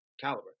caliber